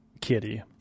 Kitty